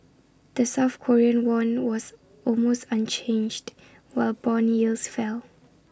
the south Korean won was almost unchanged while Bond yields fell